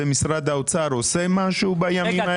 משרד האוצר עושה משהו בימים האלו?